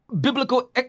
biblical